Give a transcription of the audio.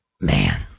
man